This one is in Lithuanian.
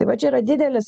tai va čia yra didelis